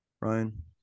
Ryan